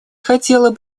хотела